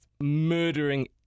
murdering